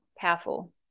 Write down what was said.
powerful